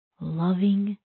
loving